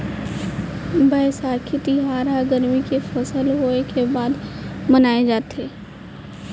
बयसाखी तिहार ह गरमी के फसल होय के बाद मनाए जाथे